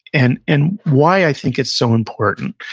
and and why i think it's so important.